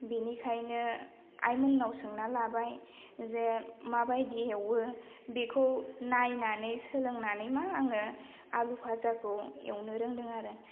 बिनिखायनो आइमोननाव सोंना लाबाय जे माबायदि एवो बेखौ नायनानै सोलोंनानै मा आङो आलु फाजाखौ एवनो रोंदों आरो